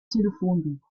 telefonbuch